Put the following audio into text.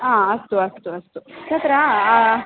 हा अस्तु अस्तु अस्तु तत्र आ